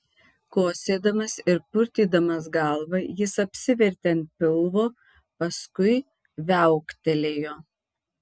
kosėdamas ir purtydamas galvą jis apsivertė ant pilvo paskui viauktelėjo